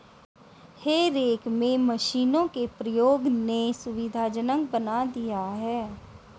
हे रेक में मशीनों के प्रयोग ने सुविधाजनक बना दिया है